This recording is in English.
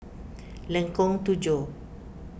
Lengkong Tujuh